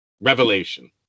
revelation